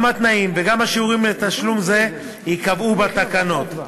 גם התנאים וגם השיעורים לתשלום זה ייקבעו בתקנות.